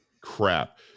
crap